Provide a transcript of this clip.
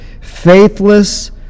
faithless